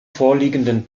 vorliegenden